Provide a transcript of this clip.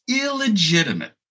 illegitimate